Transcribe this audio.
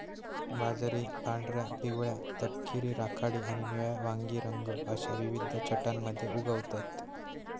बाजरी पांढऱ्या, पिवळ्या, तपकिरी, राखाडी आणि निळ्या वांगी रंग अश्या विविध छटांमध्ये उगवतत